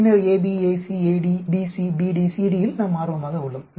பின்னர்AB AC AD BC BD CD இல் நாம் ஆர்வமாக உள்ளோம்